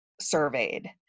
surveyed